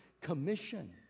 commission